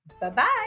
Bye-bye